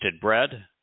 bread